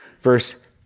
Verse